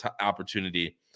opportunity